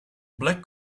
black